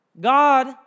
God